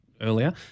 earlier